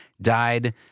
died